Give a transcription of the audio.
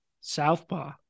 Southpaw